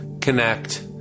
connect